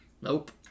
nope